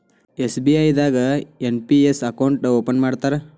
SBI ದಾಗು NPS account open ಮಾಡ್ತಾರಾ